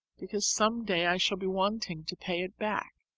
because some day i shall be wanting to pay it back,